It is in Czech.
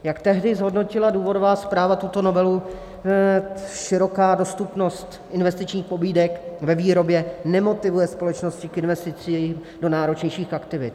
Jak tehdy zhodnotila důvodová zpráva tuto novelu, široká dostupnost investičních pobídek ve výrobě nemotivuje společnosti k investicím do náročnějších aktivit.